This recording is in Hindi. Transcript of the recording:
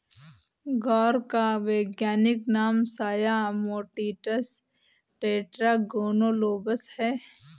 ग्वार का वैज्ञानिक नाम साया मोटिसस टेट्रागोनोलोबस है